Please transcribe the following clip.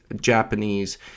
Japanese